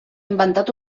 inventat